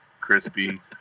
crispy